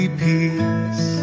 peace